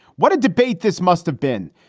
what a debate this must have been.